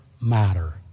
matter